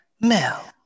Mel